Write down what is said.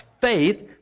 faith